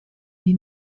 die